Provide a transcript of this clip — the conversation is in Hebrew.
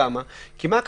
מה כתוב?